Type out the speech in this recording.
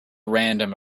random